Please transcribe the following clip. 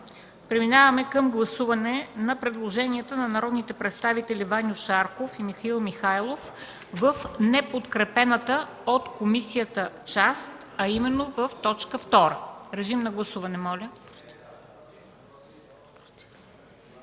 Преминаваме към гласуване на предложението на народните представители Ваньо Шарков и Михаил Михайлов в неподкрепената от комисията част, а именно в т. 2. Режим на гласуване, моля.